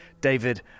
David